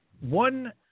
One